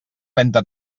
trenta